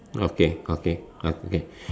okay okay okay